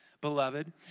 beloved